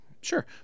Sure